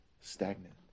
stagnant